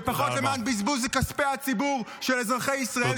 ופחות למען בזבוז כספי הציבור של אזרחי ישראל,